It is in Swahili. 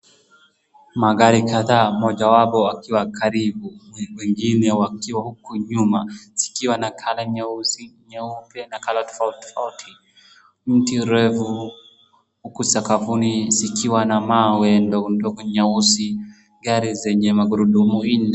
Magari kadhaa mojawapo akiwa karibu, wengine wakiwa huko nyuma, zikiwa na color nyeusi, nyeupe na color tofautitofauti, mti mrefu uko sakafuni zikiwa na mawe ndogondogo nyeusi, gari zenye magurudumu nne.